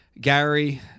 Gary